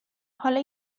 حالا